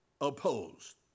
opposed